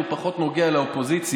הפעם הוא פחות נוגע לאופוזיציה,